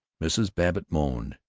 mrs. babbitt moaned,